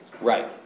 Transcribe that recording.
Right